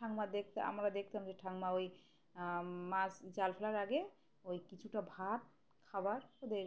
ঠাকুমা দেখতে আমরা দেখতাম যে ঠাকুমা ওই মাছ জাল ফেলার আগে ওই কিছুটা ভাত খাবার ওদের